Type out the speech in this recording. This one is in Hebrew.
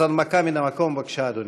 הנמקה מהמקום, בבקשה, אדוני.